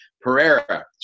Pereira